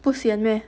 不 sian meh